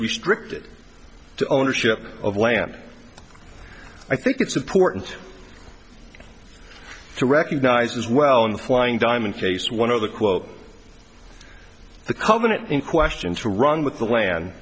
restricted to ownership of land i think it's important to recognize as well in the flying diamond case one of the quote the comment in question to run with the land